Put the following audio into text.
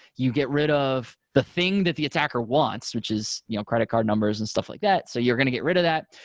you get rid of the thing that the attacker wants, which is you know credit card numbers and stuff like that. so you're going to get rid of that.